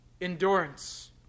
endurance